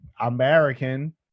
American